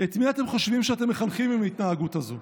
את מי אתם חושבים שאתם מחנכים עם ההתנהגות הזו?